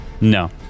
No